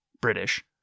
British